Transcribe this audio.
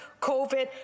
COVID